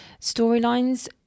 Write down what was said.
storylines